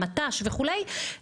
אגף שירות